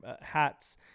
hats